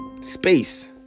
space